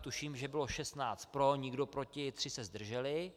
Tuším, že bylo 16 pro, nikdo proti, 3 se zdrželi.